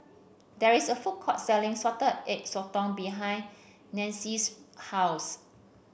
there is a food court selling Salted Egg Sotong behind Nancie's house